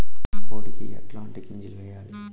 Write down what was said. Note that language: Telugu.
కోడికి ఎట్లాంటి గింజలు వేయాలి?